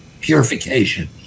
purification